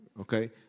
Okay